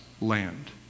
land